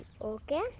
Okay